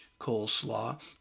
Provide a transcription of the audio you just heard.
coleslaw